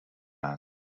asked